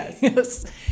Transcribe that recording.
yes